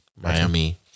Miami